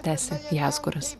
tęsė jasguras